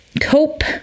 cope